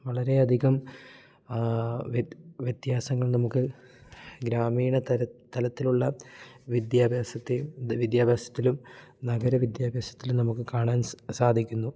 വളരെ അധികം വ്യത്യാസങ്ങൾ നമുക്ക് ഗ്രാമീണ തര തലത്തിലുള്ള വിദ്യാഭ്യാസത്തെ വിദ്യാഭ്യാസത്തിലും നഗര വിദ്യാഭ്യാസത്തിലും നമുക്ക് കാണാൻ സാധിക്കുന്നു